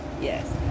Yes